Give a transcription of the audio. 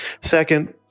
Second